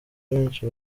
benshi